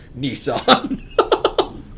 Nissan